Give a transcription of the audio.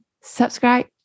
subscribe